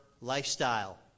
lifestyle